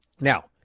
Now